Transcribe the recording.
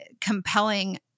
compelling